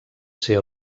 ser